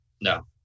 No